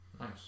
Nice